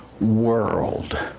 world